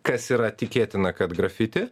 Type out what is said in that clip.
kas yra tikėtina kad grafiti